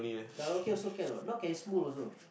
karaoke also can what now can Smule also